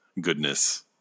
goodness